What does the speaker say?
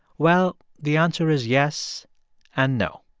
well, the answer is yes and no.